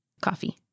coffee